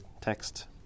text